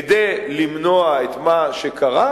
כדי למנוע את מה שקרה,